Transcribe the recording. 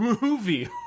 movie